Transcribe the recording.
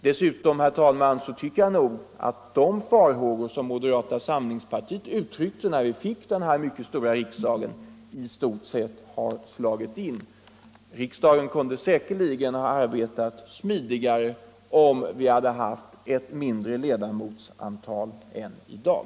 Dessutom, herr talman, tycker jag nog att de farhågor som moderata samlingspartiet uttryckte när vi fick den här stora riksdagen i stort sett har slagit in. Riksdagen kunde säkerligen ha arbetat smidigare om den haft ett mindre ledamotsantal än i dag.